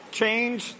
change